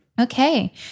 okay